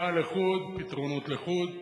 מחאה לחוד, פתרונות לחוד.